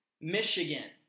Michigan